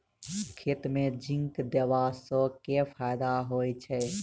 खेत मे जिंक देबा सँ केँ फायदा होइ छैय?